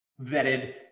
vetted